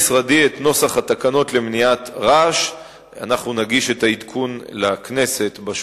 תקנות רעש בלתי סביר קובעות את מפלסי הרעש המותרים לפי